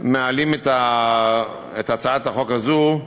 מעלים את הצעת החוק הזאת,